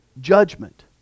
judgment